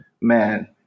man